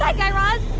guy guy raz.